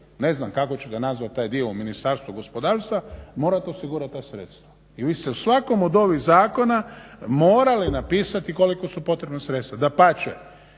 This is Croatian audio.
ne znam kako ćete nazvati taj dio u Ministarstvu gospodarstva morati osigurati ta sredstva. I vi ste u svakom od ovih zakona morali napisati koliko su potrebna sredstva. Dapače,